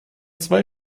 zwei